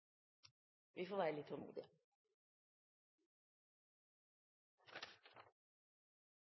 vi må være litt tålmodige.